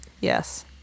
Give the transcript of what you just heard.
Yes